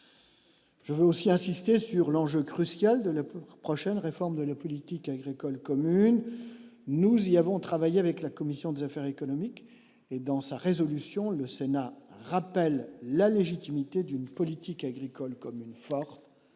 je veux aussi insister sur l'enjeu crucial de la prochaine réforme de la politique agricole commune, nous y avons travaillé avec la commission des affaires économiques et dans sa résolution, le Sénat rappelle la légitimité d'une politique agricole commune, par